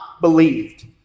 believed